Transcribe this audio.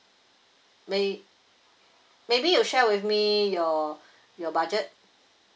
may maybe you share with me your your budget